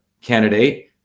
candidate